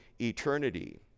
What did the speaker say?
eternity